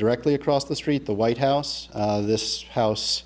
directly across the street the white house this house